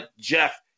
Jeff